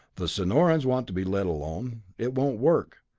the sonorans want to be let alone it won't work,